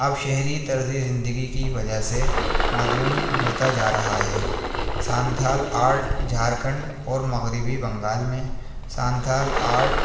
اب شہری طرزِ زندگی کی وجہ سے معدوم ہوتا جا رہا ہے سانتھال آرٹ جھارکھنڈ اور مغربی بنگال میں سانتھال آرٹ